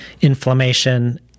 inflammation